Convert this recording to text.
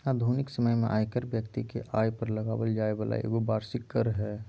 आधुनिक समय में आयकर व्यक्ति के आय पर लगाबल जैय वाला एगो वार्षिक कर हइ